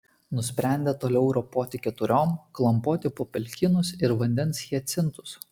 nusprendė toliau ropoti keturiom klampoti po pelkynus ir vandens hiacintus